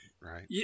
right